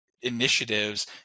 initiatives